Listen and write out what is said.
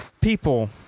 People